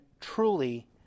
truly